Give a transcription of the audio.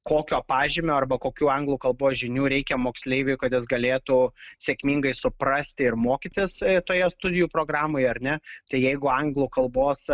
kokio pažymio arba kokių anglų kalbos žinių reikia moksleiviui kad jis galėtų sėkmingai suprasti ir mokytis toje studijų programoje ar ne tai jeigu anglų kalbos